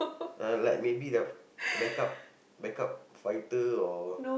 uh like maybe the backup backup fighter or